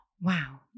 wow